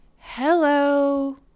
hello